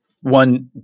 one